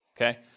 okay